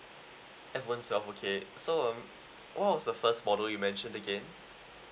F one twelve uh okay so um what was the first model you mention again